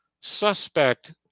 suspect